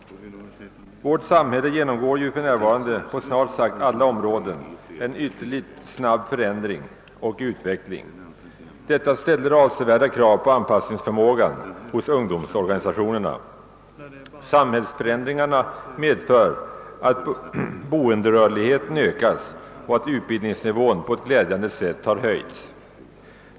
Vårt samhälle genomgår ju för närvarande på snart sagt alla områden en ytterligt snabb förändring och utveckling. Detta ställer avsevärda krav på anpassningsförmågan hos ungdomsorganisationerna. Samhällsförändringarna har medfört att boenderörligheten ökats och att utbildningsnivån på ett glädjande sätt höjts.